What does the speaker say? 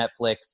Netflix